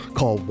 Call